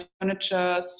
furniture